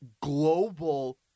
global